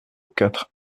quatre